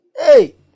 Hey